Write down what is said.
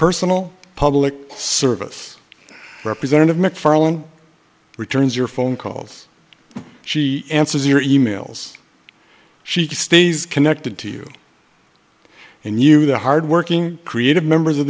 personal public service representative macfarlane returns your phone calls she answers your e mails she stays connected to you and you the hardworking creative members of